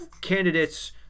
candidates